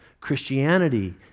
Christianity